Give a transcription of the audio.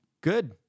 Good